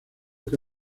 que